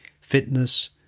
fitness